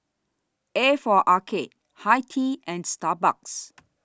A For Arcade Hi Tea and Starbucks